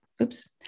Oops